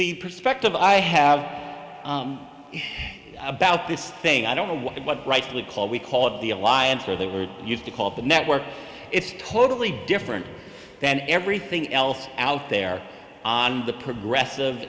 the perspective i have about this thing i don't know what rightly call we call of the alliance or they were used to call the network it's totally different than everything else out there on the progressive